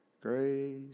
Grace